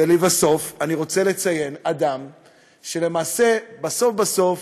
ולבסוף, אני רוצה לציין אדם שלמעשה, בסוף בסוף,